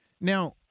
Now